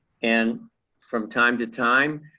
and from time to time,